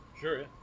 sure